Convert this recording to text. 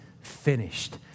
finished